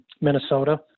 Minnesota